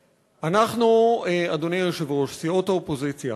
אנחנו, אדוני היושב-ראש, סיעות האופוזיציה,